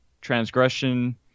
transgression